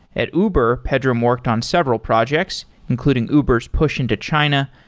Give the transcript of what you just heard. at uber, pedram worked on several projects including uber s push into china,